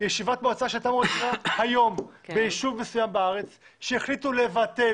ישיבת מועצה שמתקיימת היום בישוב מסוים בארץ שהחליטו לבטל